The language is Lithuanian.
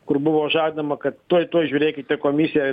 kur buvo žadama kad tuoj tuoj žiūrėkite komisija